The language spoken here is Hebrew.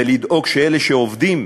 ולדאוג שאלה שעובדים,